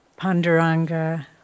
Panduranga